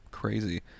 crazy